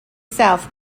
south